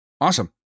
Awesome